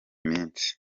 minsi